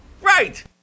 Right